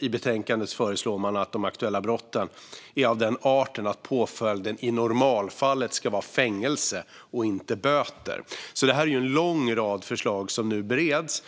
I betänkandet föreslår man att de aktuella brotten är av den art att påföljden i normalfallet ska vara fängelse och inte böter. Det är alltså en lång rad förslag som nu bereds.